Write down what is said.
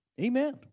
Amen